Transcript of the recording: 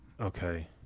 Okay